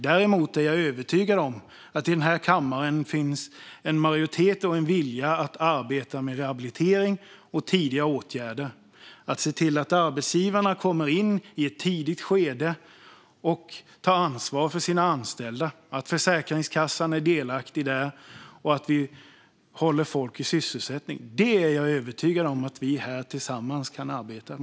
Däremot är jag övertygad om att det i denna kammare finns en vilja och en majoritet för att arbeta med rehabilitering och tidiga åtgärder, att se till att arbetsgivarna kommer in i ett tidigt skede och tar ansvar för sina anställda, att se till att Försäkringskassan är delaktig och att hålla folk i sysselsättning. Det är jag övertygad om att vi här tillsammans kan arbeta för.